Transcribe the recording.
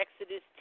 Exodus